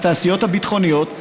התעשיות הביטחוניות,